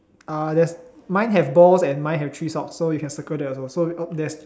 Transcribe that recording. ah there's mine have balls and mine has three socks so we can circle that also so oh there's